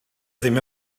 ddim